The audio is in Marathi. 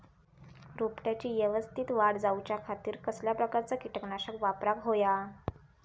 रोपट्याची यवस्तित वाढ जाऊच्या खातीर कसल्या प्रकारचा किटकनाशक वापराक होया?